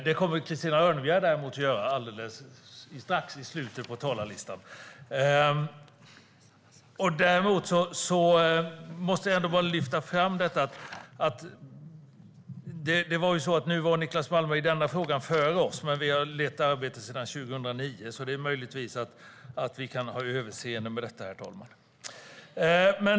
Det kommer däremot Christina Örnebjär att göra i slutet av debatten. Nu var Niclas Malmberg i denna fråga före oss. Men vi har lett arbetet sedan 2009, så möjligtvis kan vi ha överseende med detta, herr talman.